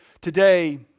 Today